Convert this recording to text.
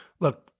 Look